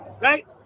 right